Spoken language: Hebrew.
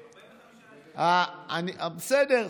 בסדר,